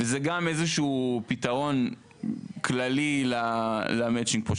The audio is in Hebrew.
וזה גם איזשהו פתרון כללי למצ'ינג פה,